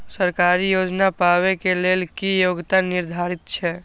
सरकारी योजना पाबे के लेल कि योग्यता निर्धारित छै?